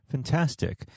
Fantastic